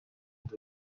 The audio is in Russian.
над